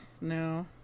No